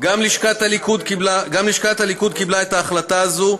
גם לשכת הליכוד קיבלה את ההחלטה הזאת,